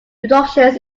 productions